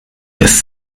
ist